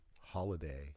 holiday